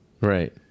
Right